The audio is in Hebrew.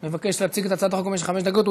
מבקש להציג את הצעת החוק במשך חמש דקות.